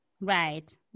Right